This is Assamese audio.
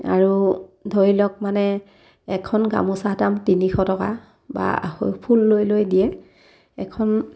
আৰু ধৰি লওক মানে এখন গামোচা দাম তিনিশ টকা বা আঢ়ৈ ফুল লৈ লৈ দিয়ে এখন